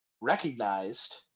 recognized